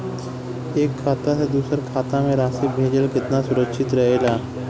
एक खाता से दूसर खाता में राशि भेजल केतना सुरक्षित रहेला?